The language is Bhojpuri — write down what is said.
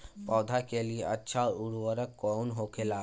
पौधा के लिए अच्छा उर्वरक कउन होखेला?